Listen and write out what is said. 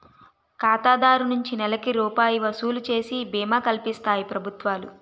ఖాతాదారు నుంచి నెలకి రూపాయి వసూలు చేసి బీమా కల్పిస్తాయి ప్రభుత్వాలు